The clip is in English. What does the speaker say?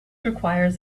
requires